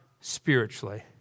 spiritually